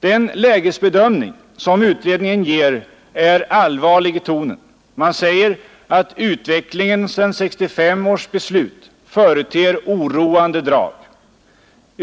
Den lägesbedömning som utredningen ger är allvarlig i tonen. Man säger ”att utvecklingen sedan 1965 års beslut företer oroande drag”.